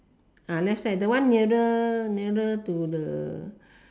ah left side the one nearer nearer to the